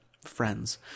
friends